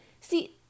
see